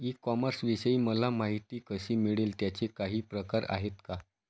E कॉमर्सविषयी मला माहिती कशी मिळेल? त्याचे काही प्रकार आहेत का?